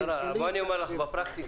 השרה, אני אומר לך בפרקטיקה.